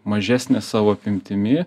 mažesnės savo apimtimi